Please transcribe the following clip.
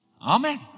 Amen